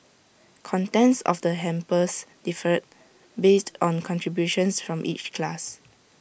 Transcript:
contents of the hampers differed based on contributions from each class